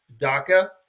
DACA